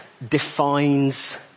defines